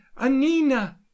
Anina